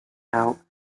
out